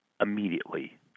immediately